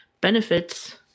benefits